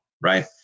right